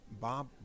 Bob